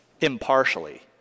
impartially